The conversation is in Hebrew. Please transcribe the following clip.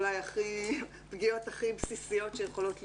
אולי פגיעות הכי בסיסיות שיכולות להיות,